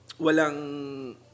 walang